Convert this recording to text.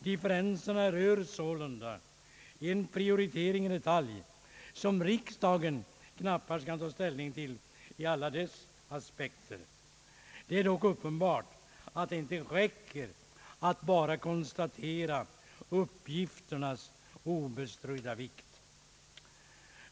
Differenserna rör sålunda en prioritering i detalj, vars alla aspekter riksdagen knappast kan ta ställning till. Det är dock uppenbart att det inte räcker att bara konstatera uppgifternas obestridda vikt.